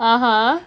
(uh huh)